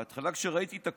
בהתחלה, כשראיתי את הכותרת,